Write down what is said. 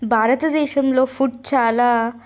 భారతదేశంలో ఫుడ్ చాలా